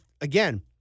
again